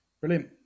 Brilliant